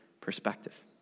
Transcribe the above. perspective